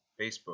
Facebook